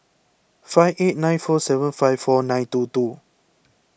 five eight nine four seven five four nine two two